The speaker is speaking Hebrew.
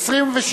לא נתקבלה.